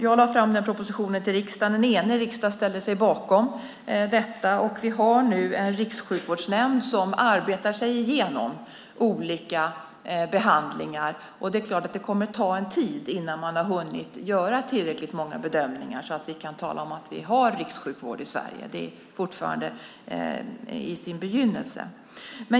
Jag lade fram den propositionen till riksdagen, och en enig riksdag ställde sig bakom detta. Vi har nu en rikssjukvårdsnämnd som arbetar sig igenom olika behandlingar. Det är klart att det kommer att ta tid innan man har hunnit göra tillräckligt många bedömningar så att vi kan tala om att vi har rikssjukvård i Sverige. Det är fortfarande i sin begynnelse.